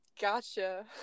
gotcha